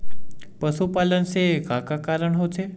पशुपालन से का का कारण होथे?